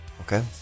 Okay